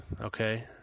okay